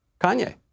Kanye